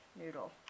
noodle